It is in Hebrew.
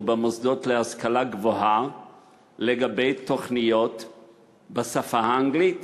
במוסדות להשכלה גבוהה בתוכניות בשפה האנגלית.